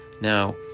Now